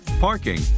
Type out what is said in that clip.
parking